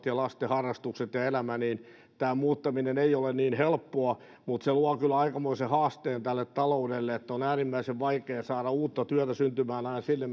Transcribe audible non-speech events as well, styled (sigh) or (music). (unintelligible) ja lasten harrastukset ja elämä muuttaminen ei ole niin helppoa mutta se luo kyllä aikamoisen haasteen taloudelle kun on äärimmäisen vaikeaa saada uutta työtä syntymään aina sinne (unintelligible)